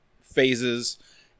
phases